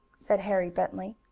said harry bentley.